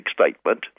statement